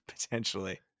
Potentially